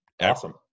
awesome